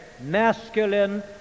masculine